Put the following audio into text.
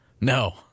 no